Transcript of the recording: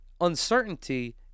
uncertainty